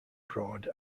broad